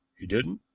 he didn't,